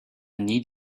need